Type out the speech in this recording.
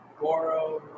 Goro